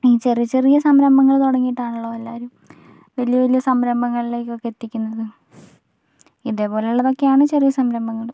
ഈ ചെറിയ ചെറിയ സംരംഭങ്ങൾ തുടങ്ങിട്ട് ആണല്ലോ എല്ലാവരും വലിയ വലിയ സംരംഭങ്ങളിലേക്ക് ഒക്കെ എത്തിക്കുന്നത് ഇതേപോലെ ഉള്ളതൊക്കെയാണ് ചെറിയ സംരംഭങ്ങൾ